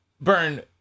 burn